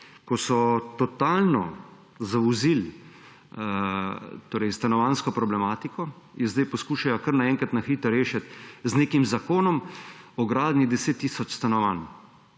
ko so totalno zavozili stanovanjsko problematiko in zdaj poskušajo kar naenkrat na hitro rešiti z nekim zakonom o gradnji 10 tisoč stanovanj.